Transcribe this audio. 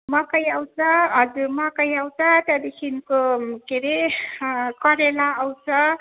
मकै आउँछ हजुर मकै आउँछ त्याँदेखिन्को के रे करेला आउँछ